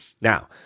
Now